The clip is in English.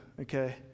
okay